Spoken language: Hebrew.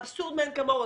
זה אבסורד מאין כמוהו,